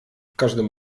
każdym